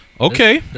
Okay